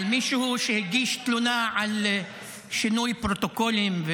מישהו שהגיש תלונה על שינוי פרוטוקולים,